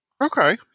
Okay